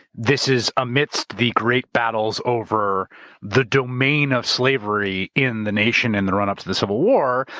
this is amidst the great battles over the domain of slavery in the nation in the run up to the civil war.